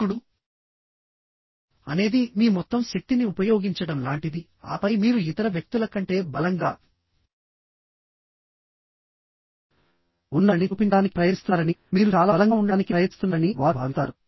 దూకుడు అనేది మీ మొత్తం శక్తిని ఉపయోగించడం లాంటిది ఆపై మీరు ఇతర వ్యక్తుల కంటే బలంగా ఉన్నారని చూపించడానికి ప్రయత్నిస్తున్నారనిమీరు చాలా బలంగా ఉండటానికి ప్రయత్నిస్తున్నారని వారు భావిస్తారు